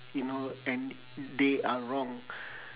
you know and they are wrong